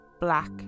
black